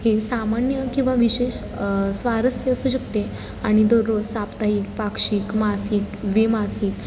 हे सामान्य किंवा विशेष स्वारस्य असू शकते आणि दररोज साप्ताहिक पाक्षिक मासिक द्वैमासिक